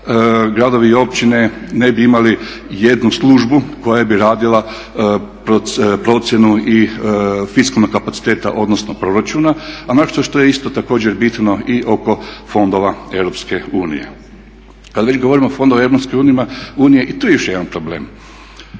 gradovi i općine ne bi imali jednu službu koja bi radila procjenu i fiskalnog kapaciteta odnosno proračuna. A naročito što je isto također bitno i oko fondova EU, kad već govorimo o fondovima EU i tu je još jedan problem.